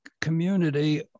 community